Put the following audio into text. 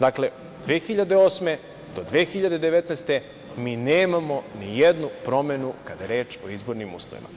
Dakle, od 2008. do 2019. godine mi nemamo ni jednu promenu kada je reč o izbornim uslovima.